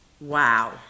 Wow